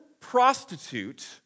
prostitute